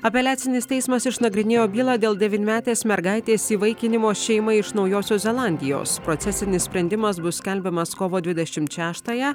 apeliacinis teismas išnagrinėjo bylą dėl devynmetės mergaitės įvaikinimo šeimai iš naujosios zelandijos procesinis sprendimas bus skelbiamas kovo dvidešimt šeštąją